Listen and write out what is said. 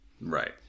right